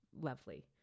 lovely